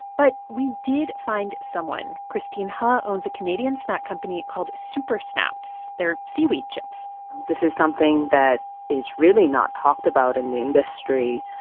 but we did find someone. christine hoh owns a canadian snack company called supersnaps. they're seaweed chips this is something that is really not talked about in the industry,